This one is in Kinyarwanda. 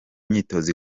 imyitozo